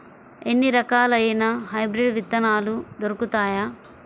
ఎన్ని రకాలయిన హైబ్రిడ్ విత్తనాలు దొరుకుతాయి?